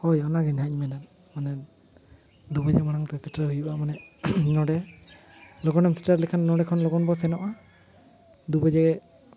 ᱦᱳᱭ ᱚᱱᱟ ᱜᱮ ᱱᱟᱦᱟᱜ ᱤᱧ ᱢᱮᱱ ᱮᱫᱟ ᱢᱟᱱᱮ ᱫᱩ ᱵᱟᱡᱮ ᱢᱟᱲᱟᱝ ᱛᱮ ᱥᱮᱴᱮᱨ ᱦᱩᱭᱩᱜᱼᱟ ᱢᱟᱱᱮ ᱱᱚᱰᱮ ᱞᱚᱜᱚᱱ ᱮᱢ ᱥᱮᱴᱮᱨ ᱞᱮᱠᱷᱟᱱ ᱱᱚᱰᱮ ᱠᱷᱚᱱ ᱞᱚᱜᱚᱱ ᱵᱚᱱ ᱥᱮᱱᱚᱜᱼᱟ ᱫᱩ ᱵᱟᱡᱮ